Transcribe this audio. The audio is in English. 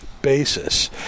basis